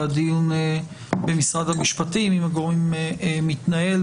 והדיון במשרד המשפטים עם הגורמים מתנהל,